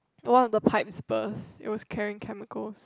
one of the pipes burst it was carrying chemicals